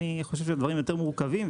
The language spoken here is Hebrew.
אני חושב שהדברים יותר מורכבים,